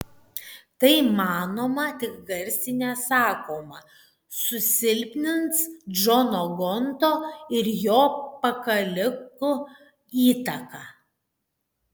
tai manoma tik garsiai nesakoma susilpnins džono gonto ir jo pakalikų įtaką